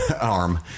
arm